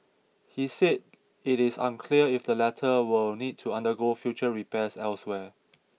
he said it is unclear if the latter will need to undergo future repairs elsewhere